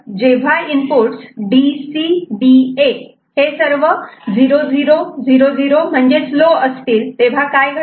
तर जेव्हा inputs DCBA हे सर्व 0000 म्हणजेच लो असतील तेव्हा काय घडते